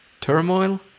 Turmoil